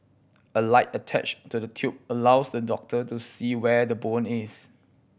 a light attached to the tube allows the doctor to see where the bone is